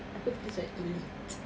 aku tulis like elite